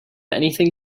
anything